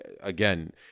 again